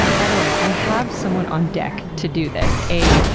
by the way, i have someone on deck to do this. a,